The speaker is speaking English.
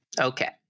Okay